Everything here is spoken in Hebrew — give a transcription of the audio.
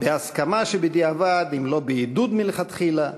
בהסכמה שבדיעבד אם לא בעידוד מלכתחילה,